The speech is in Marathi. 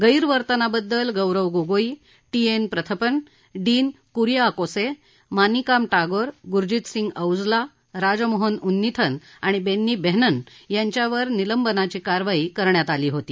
गैरवर्तनाबद्दल Gaurav Gogoi T N प्रथपन dean कुरिआकोसे मानिकाम टागोरगुरजित Singh Aujla Rajmohan उन्निथन आणि बेन्नी बेहनन यांच्यावर निलंबनाची कारवाई करण्यात आली होती